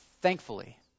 Thankfully